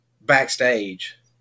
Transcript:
backstage